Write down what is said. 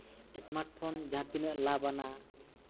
smart phone ᱡᱟᱦᱟᱸᱛᱤᱱᱟᱹᱜ ᱞᱟᱵᱟᱱᱟ